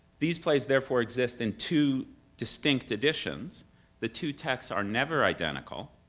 these plays therefore exist in two distinct editions the two texts are never identical,